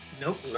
Nope